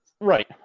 Right